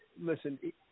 listen